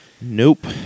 Nope